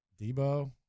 Debo